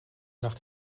nach